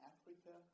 Africa